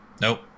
nope